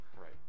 right